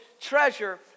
treasure